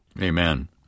Amen